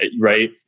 right